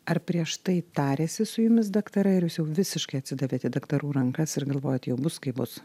ar prieš tai tarėsi su jumis daktarai ar jūs jau visiškai atsidavėt į daktarų rankas ir galvojot jau bus kaip bus